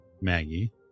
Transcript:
Maggie